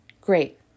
great